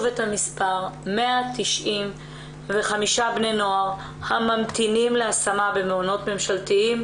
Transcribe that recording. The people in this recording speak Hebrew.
195 בני נוער ממתינים להשמה במעונות ממשלתיים,